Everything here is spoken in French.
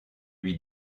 lui